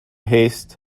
haste